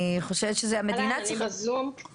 מה את יכולה להגיד לנו על ההשפעה של בכלל המפעלים במפרץ חיפה,